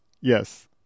Yes